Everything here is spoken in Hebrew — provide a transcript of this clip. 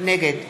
נגד